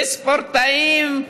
וספורטאים,